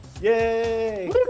Yay